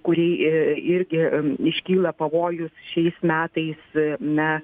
kurį irgi iškyla pavojus šiais metais na